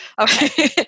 Okay